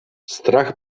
strach